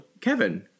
Kevin